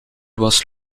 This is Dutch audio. was